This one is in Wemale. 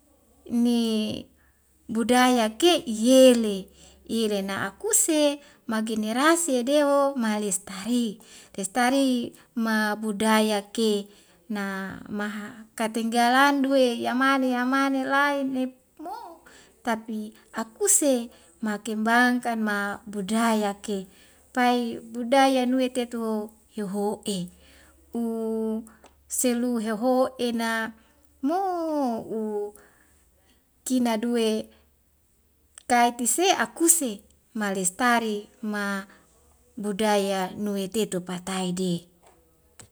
Inni budaya ke' yele ire na akuse magenerasi yadeho malestari lestari ma budaya ke na maha katenggalandu e yamale yamale lae lep mo tapi akuse makembangkan ma budaya ke pai budaya nuwetetu yoho'e u selu heho'ena mo u kina duwe kaiti se akuse malestari ma budaya nuwetetu patai de